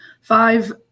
five